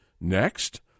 Next